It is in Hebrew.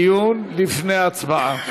הדיון לפני הצבעה.